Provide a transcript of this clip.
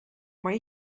maar